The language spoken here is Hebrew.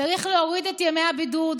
צריך להוריד את מספר ימי הבידוד.